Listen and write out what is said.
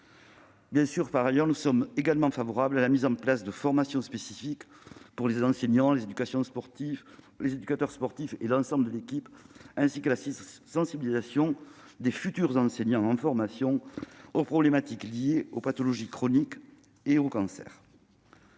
ce délai obligatoire. Nous sommes également favorables à la mise en place de formations spécifiques pour les enseignants, les éducateurs sportifs et l'ensemble des équipes, ainsi qu'à la sensibilisation des futurs enseignants aux problématiques liées aux pathologies chroniques et aux cancers.